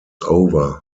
over